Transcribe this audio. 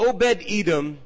Obed-Edom